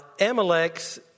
Amalek's